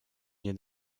nie